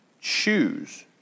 choose